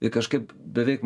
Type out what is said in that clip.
i kažkaip beveik